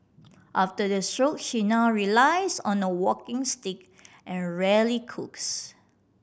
after the stroke she now relies on a walking stick and rarely cooks